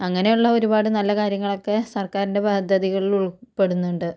അങ്ങനെയുള്ള ഒരുപാട് നല്ല കാര്യങ്ങളൊക്കെ സർക്കാരിൻ്റെ പദ്ധതികളിൽ ഉൾപ്പെടുന്നുണ്ട്